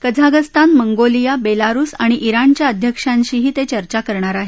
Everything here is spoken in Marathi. कझागस्तान मंगोलिया बेलारुस आणि जिणच्या अध्यक्षांशीही ते चर्चा करणार आहेत